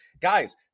Guys